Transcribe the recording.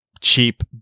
cheap